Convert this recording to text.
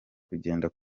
kugenda